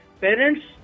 parents